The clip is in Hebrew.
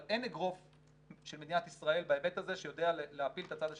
אבל אין אגרוף של מדינת ישראל בהיבט הזה שיודע להפיל את הצד השני.